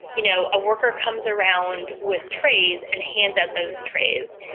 you know, a worker comes around with trays and hands out those trays.